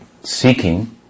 seeking